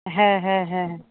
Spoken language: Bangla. হ্যাঁ হ্যাঁ হ্যাঁ